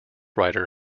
writer